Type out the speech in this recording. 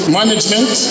management